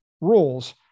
rules